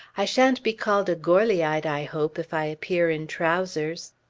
i shan't be called a goarlyite i hope if i appear in trowsers.